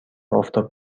آفتاب